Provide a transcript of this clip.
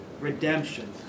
redemption